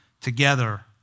together